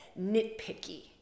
nitpicky